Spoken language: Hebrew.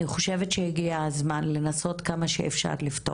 אני חושבת שהגיע הזמן לנסות לפתור את זה כמה שאפשר.